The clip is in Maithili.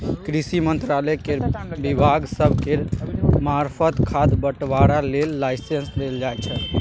कृषि मंत्रालय केर विभाग सब केर मार्फत खाद बंटवारा लेल लाइसेंस देल जाइ छै